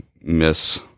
miss